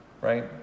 right